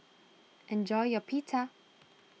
enjoy your Pita